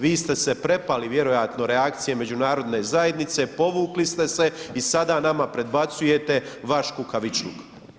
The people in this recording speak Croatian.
Vi ste se prepali vjerojatno reakcije Međunarodne zajednice, povukli ste se i sada nama prebacujete vaš kukavičluk.